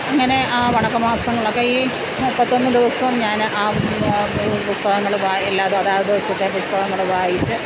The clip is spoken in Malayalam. അങ്ങനെ ആ വണക്കമാസങ്ങളൊക്കെ ഈ മുപ്പത്തൊന്ന് ദിവസവും ഞാൻ ആ പുസ്തങ്ങൾ വായിച്ചു എല്ലാം അതാത് സ്ഥിരം പുസ്തകങ്ങൾ വായിച്ച്